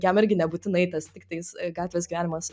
jam irgi nebūtinai tas tiktais gatvės gyvenimas